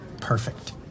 perfect